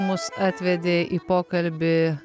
mus atvedė į pokalbį